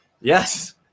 yes